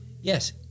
Yes